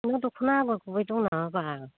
नोंनाव दखना आगर गुबै दं नामा बाल